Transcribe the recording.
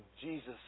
Jesus